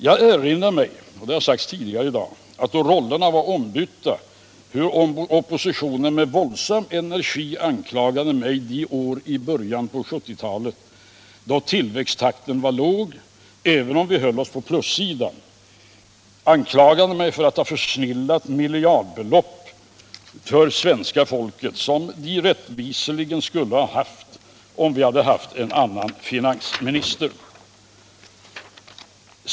Jag erinrar mig hur oppositionen då rollerna var ombytta — det har sagts tidigare i dag — med våldsam energi anklagade mig de år i början på 1970-talet då tillväxttakten var låg, även om vi höll oss på plussidan, för att ha försnillat miljardbelopp som svenska folket rätteligen skulle ha haft om man hade haft en annan finansminister.